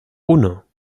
uno